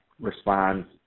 responds